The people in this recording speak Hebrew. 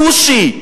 כושי,